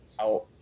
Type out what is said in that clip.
out